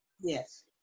Yes